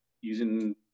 using